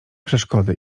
przeszkody